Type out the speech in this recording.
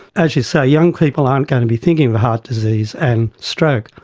as you say, young people aren't going to be thinking of heart disease and stroke,